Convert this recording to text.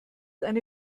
eine